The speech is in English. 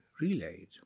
relayed